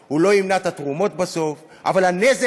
בסוף, הוא לא ימנע את התרומות בסוף, אבל הנזק